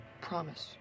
Promise